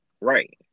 Right